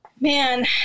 Man